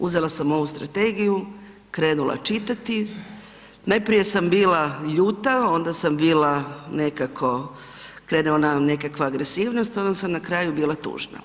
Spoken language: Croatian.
Uzela sam ovu strategiju, krenula čitati, najprije sam bila ljuta, ona sam bila nekako krene ona nekakva agresivnost, onda sam na kraju bila tužna.